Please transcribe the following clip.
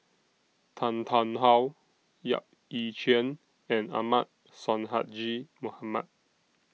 Tan Tarn How Yap Ee Chian and Ahmad Sonhadji Mohamad